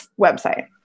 website